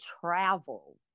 travel